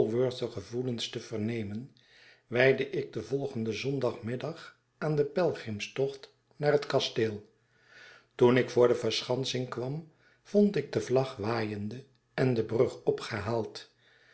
walworthsche gevoelens te vernemen wijdde ik den volgenden zondagnamiddag aan den pelgrimstocht naar het kasteel toen ik voor de verschansing kwam vond ik de vlag waaiende en de brug opgehaald